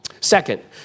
Second